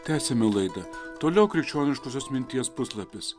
tęsiame laidą toliau krikščioniškosios minties puslapis